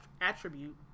attribute